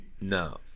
No